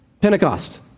Pentecost